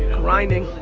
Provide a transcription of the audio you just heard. grinding,